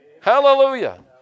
Hallelujah